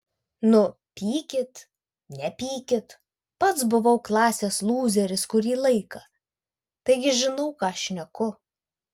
nu pykit nepykit pats buvau klasės lūzeris kurį laiką taigi žinau ką šneku